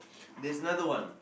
there's another one